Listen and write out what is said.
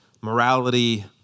morality